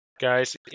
Guys